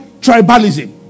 tribalism